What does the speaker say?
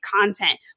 content